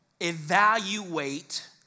Evaluate